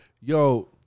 yo